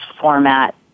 format